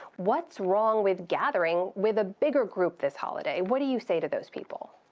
what's wrong with gathering with a bigger group this holiday? what do you say to those people?